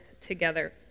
together